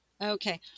Okay